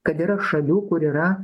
kad yra šalių kur yra